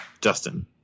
Justin